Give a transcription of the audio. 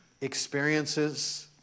experiences